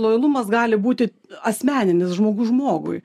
lojalumas gali būti asmeninis žmogus žmogui